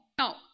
Now